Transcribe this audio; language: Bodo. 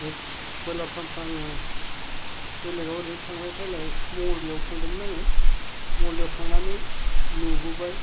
बे ब्रलार फार्मखौ आङो बेलेगाव ओरैनो थांलाय फैलाय मंगलदैआव थांदोंमोन आङो मंगलदैआव थांनानै नुबोबाय